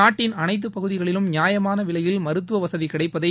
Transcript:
நாட்டின் அனைத்து பகுதிகளிலும் நியாயமான விலையில் மருத்துவ வசதி கிடைப்பதை